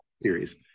series